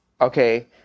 okay